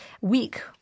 Week